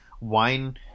wine